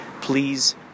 Please